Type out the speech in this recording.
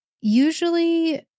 usually